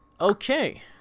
Okay